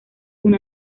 una